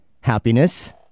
happiness